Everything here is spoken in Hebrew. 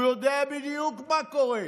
הוא לא יודע בדיוק מה קורה,